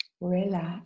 relax